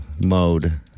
mode